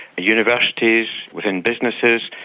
the universities, within businesses,